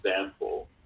example